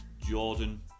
Jordan